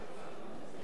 אינו נוכח